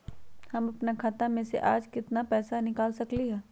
हम अपन खाता में से आज केतना पैसा निकाल सकलि ह?